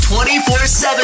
24-7